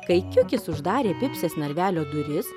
kai kiukis uždarė pipsės narvelio duris